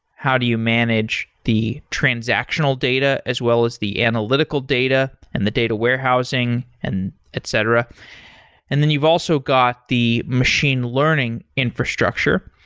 how do you manage the transactional data as well as the analytical data and the data warehousing and etc and etc. then you've also got the machine learning infrastructure.